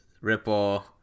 ripple